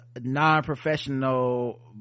non-professional